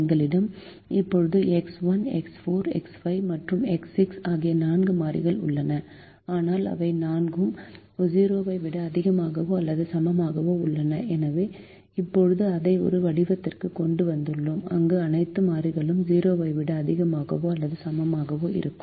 எங்களிடம் இப்போது x 1 x 4 x 5 மற்றும் எக்ஸ் 6 ஆகிய நான்கு மாறிகள் உள்ளன ஆனால் அவை நான்கு 0 ஐ விட அதிகமாகவோ அல்லது சமமாகவோ உள்ளன எனவே இப்போது அதை ஒரு வடிவத்திற்கு கொண்டு வந்துள்ளோம் அங்கு அனைத்து மாறிகள் 0 ஐ விட அதிகமாகவோ அல்லது சமமாகவோ இருக்கும்